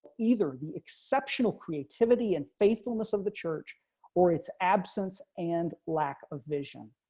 either the exceptional creativity and faithfulness of the church or its absence and lack of vision.